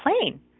plane